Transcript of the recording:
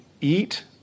eat